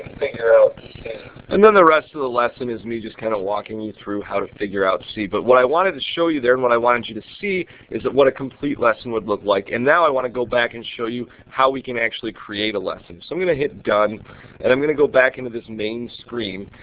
and the rest of the lesson is me just kind of walking you through how to figure out c. but what i wanted to show you there and what i wanted you to see is that what a complete lesson would look like. and now i want to go back and show you how we can actually create a lesson. so i'm going to hit done and i'm going to go back into this main screen,